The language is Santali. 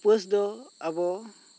ᱩᱯᱟ ᱥ ᱫᱳᱚ ᱟᱵᱚ